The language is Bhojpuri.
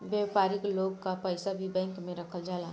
व्यापारिक लोग कअ पईसा भी बैंक में रखल जाला